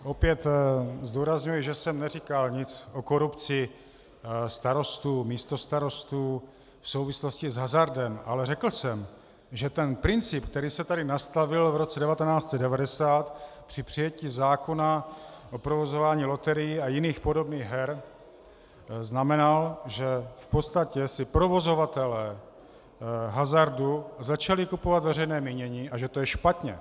Opět zdůrazňuji, že jsem neříkal nic o korupci starostů, místostarostů v souvislosti s hazardem, ale řekl jsem, že princip, který se tady nastavil v roce 1990 při přijetí zákona o provozování loterií a jiných podobných her, znamenal, že v podstatě si provozovatelé hazardu začali kupovat veřejné mínění a že to je špatně.